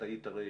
את היית הרי